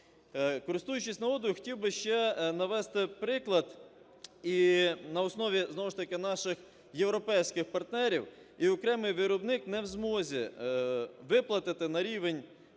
Користуючись нагодою, хотів би ще навести приклад, і на основі знову ж таки наших європейських партнерів, і окремий виробник не в змозі впливати на рівень